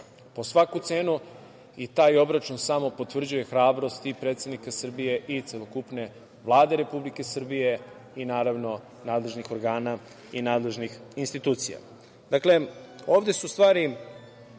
po svaku cenu i taj obračun samo potvrđuje hrabrost i predsednika Srbije, celokupne Vlade Republike Srbije i naravno, nadležnih organa i nadležnih institucija. Dakle,